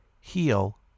Heal